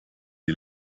die